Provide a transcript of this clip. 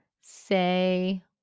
Say